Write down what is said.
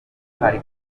rigamije